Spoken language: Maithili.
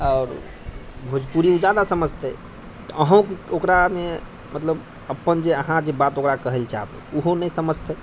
आओर भोजपुरी ओ ज्यादा समझतै अहूँ ओकरामे मतलब अपन जे अहाँ जे बात ओकरा कहय लेल चाहबै ओहो नहि समझतै